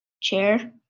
chair